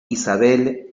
isabel